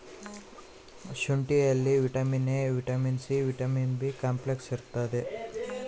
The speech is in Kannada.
ಶುಂಠಿಯಲ್ಲಿ vitamin A vitamin C vitamin B complex ಇರ್ತಾದ